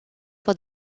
for